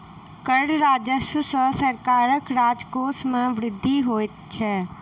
कर राजस्व सॅ सरकारक राजकोश मे वृद्धि होइत छै